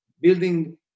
building